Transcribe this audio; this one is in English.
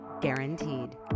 guaranteed